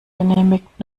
genehmigt